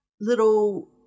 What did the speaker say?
little